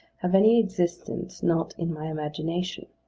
have any existence not in my imagination.